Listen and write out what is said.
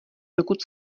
dokud